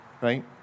right